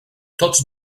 tots